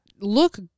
look